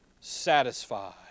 satisfied